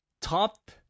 top